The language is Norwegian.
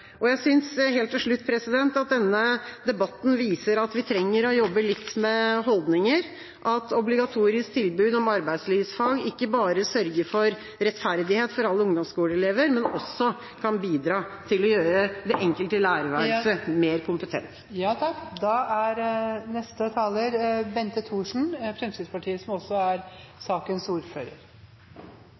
Helt til slutt: Jeg synes denne debatten viser at vi trenger å jobbe litt med holdninger, at obligatorisk tilbud om arbeidslivsfag ikke bare sørger for rettferdighet for alle ungdomsskoleelever, men også kan bidra til å gjøre det enkelte lærerværelset mer kompetent.